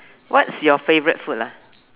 what's your favourite food lah